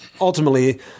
ultimately